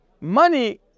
money